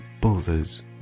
bothers